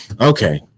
Okay